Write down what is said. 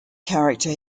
character